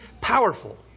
powerful